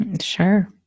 Sure